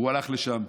והוא הלך לשם.